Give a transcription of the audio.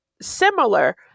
similar